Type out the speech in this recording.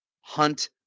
Hunt